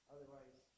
Otherwise